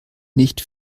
nicht